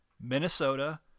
Minnesota